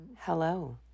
Hello